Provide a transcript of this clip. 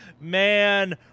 man